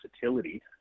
versatility